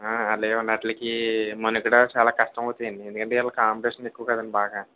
లేవండి వాటిలకి మనుగడ చాలా కష్టమవుతాయండి ఎందుకంటే వీళ్ళ కాంపిటీషన్ ఎక్కువ కదండి బాగా